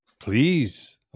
Please